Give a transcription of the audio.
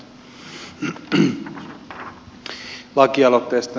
tästä lakialoitteesta